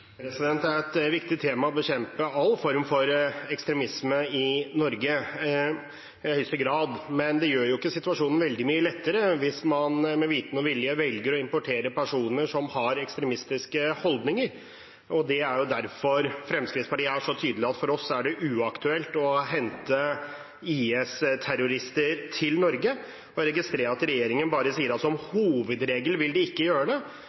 Det er et viktig tema å bekjempe all form for ekstremisme i Norge, i høyeste grad. Men det gjør ikke situasjonen veldig mye lettere hvis man med viten og vilje velger å importere personer som har ekstremistiske holdninger, og det er derfor Fremskrittspartiet er så tydelige på at for oss er det uaktuelt å hente IS-terrorister til Norge. Jeg registrerer at regjeringen bare sier at som hovedregel vil de ikke gjøre det,